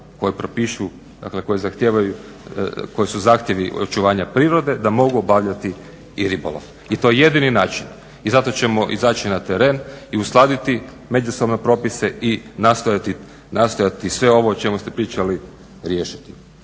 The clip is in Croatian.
koji su zahtjevi očuvanja prirode da mogu obavljati i ribolov. I to je jedini način. I zato ćemo izaći na teren i uskladiti međusobne propise i nastojati sve ovo o čemu ste pričali riješiti.